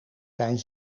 zijn